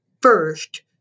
first